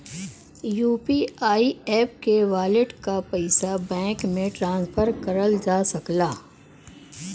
UPI app के wallet क पइसा बैंक में ट्रांसफर करल जा सकला